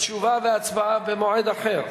תשובה והצבעה במועד אחר.